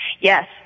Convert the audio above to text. Yes